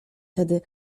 tedy